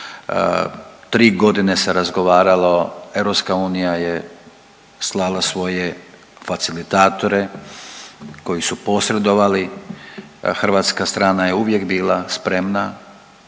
3 godine se razgovaralo, EU je slala svoje facilitatore koji su posredovali, hrvatska strana je uvijek bila spremna